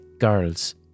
girls